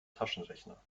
taschenrechner